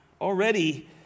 already